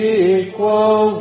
equal